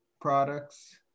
Products